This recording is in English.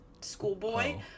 schoolboy